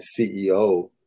CEO